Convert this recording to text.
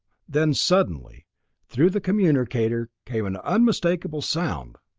then suddenly through the communicator came an unmistakable sound.